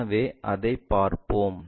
எனவே அதைப் பார்ப்போம்